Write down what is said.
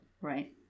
Right